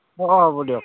অঁ অঁ হ'ব দিয়ক